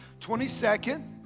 22nd